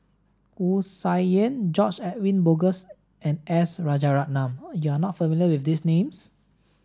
Wu Tsai Yen George Edwin Bogaars and S Rajaratnam you are not familiar with these names